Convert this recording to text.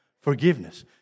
forgiveness